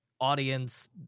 audience